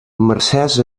mercès